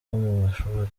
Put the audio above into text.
mashuri